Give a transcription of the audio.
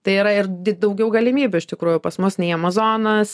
tai yra ir daugiau galimybių iš tikrųjų pas mus nei amazonas